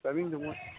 ꯇꯥꯏꯝꯃꯤꯡꯗꯣ ꯃꯣꯏ